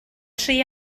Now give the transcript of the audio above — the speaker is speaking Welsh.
tri